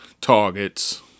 targets